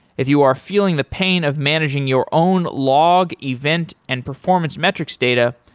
if you are feeling the pain of managing your own log, event and performance metrics data,